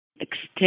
extend